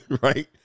Right